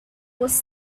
was